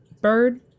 bird